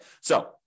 So-